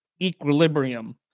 equilibrium